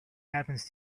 happens